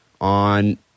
on